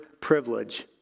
privilege